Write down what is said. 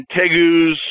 tegus